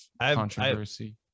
controversy